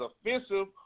offensive